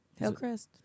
Hellcrest